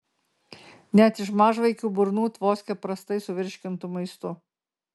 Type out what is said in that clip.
net iš mažvaikių burnų tvoskia prastai suvirškintu maistu